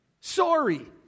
Sorry